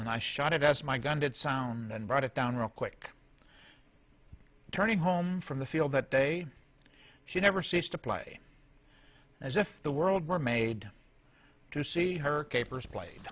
and i shot it as my gun did sound then brought it down real quick turning home from the field that day she never ceased to play as if the world were made to see her capers played